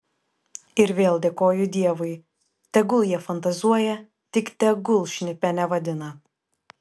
ir vėl dėkoju dievui tegul jie fantazuoja tik tegul šnipe nevadina